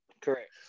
Correct